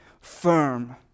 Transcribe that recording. firm